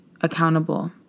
accountable